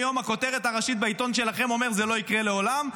הכותרת הראשית בעיתון שלכם אומרת היום: זה לא יקרה לעולם.